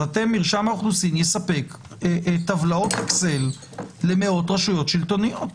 אז מרשם האוכלוסין יספק טבלאות אקסל למאות רשויות שלטוניות.